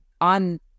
on